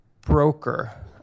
broker